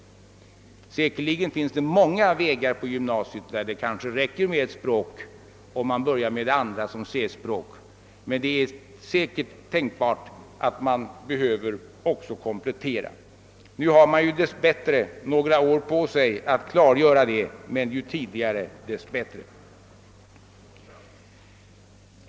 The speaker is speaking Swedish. Säkerligen finns det många vägar på gymnasiet, där det räcker med ett språk, om man börjar med ett andra som C-språk, men det är säkert tänkbart att man också behöver komplettera. Nu har man ju dess bättre några år på sig för att klargöra det, men ju tidigare man gör det desto bättre är det.